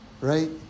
right